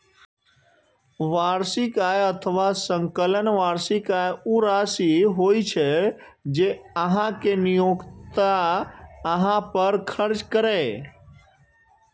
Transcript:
वार्षिक आय अथवा सकल वार्षिक आय ऊ राशि होइ छै, जे अहांक नियोक्ता अहां पर खर्च करैए